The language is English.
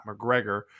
McGregor